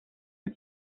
han